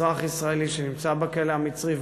אזרח ישראלי שנמצא בכלא המצרי,